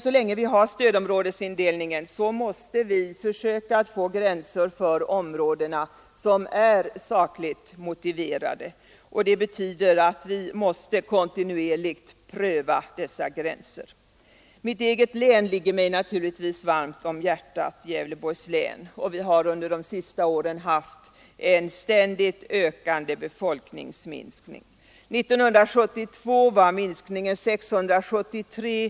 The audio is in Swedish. Så länge stödområdesindelningen finns kvar måste vi emellertid försöka att få gränser för områdena som är sakligt motiverade, och det betyder att vi kontinuerligt måste pröva dessa gränser. Mitt eget län, Gävleborgs län, ligger mig naturligtvis varmt om hjärtat. Vi har under de senaste åren haft en ständigt ökande befolkningsminskning. År 1972 var minskningen 673 personer.